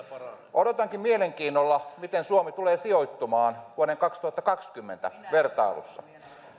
odotankin mielenkiinnolla miten suomi tulee sijoittumaan vuoden kaksituhattakaksikymmentä vertailussa